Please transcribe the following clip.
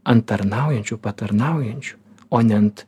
ant tarnaujančių patarnaujančių o ne ant